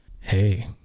Hey